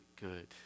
good